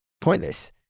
pointless